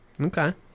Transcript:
Okay